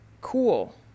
Cool